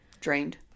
drained